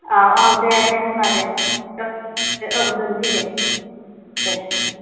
औ औ दे दे होमबा दे औ दोनसै दे